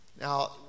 Now